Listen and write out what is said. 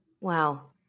Wow